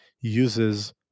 uses